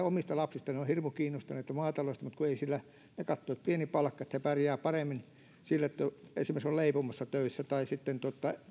omista lapsistani he ovat hirmu kiinnostuneita maataloudesta mutta kun ei sillä he katsovat että on pieni palkka he pärjäävät paremmin sillä että esimerkiksi ovat leipomossa töissä tai sitten